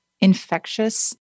infectious